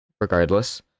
Regardless